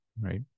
right